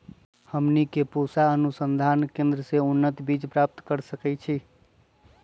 हमनी के पूसा अनुसंधान केंद्र से उन्नत बीज प्राप्त कर सकैछे?